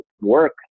work